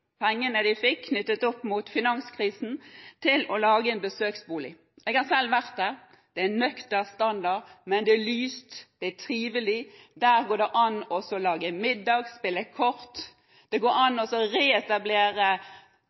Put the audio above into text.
pengene de fikk i forbindelse med finanskrisen, til å lage en besøksbolig. Jeg har selv vært der. Det er en nøktern standard, men det er lyst, det er trivelig. Der går det an å lage middag, spille kort, det går an å reetablere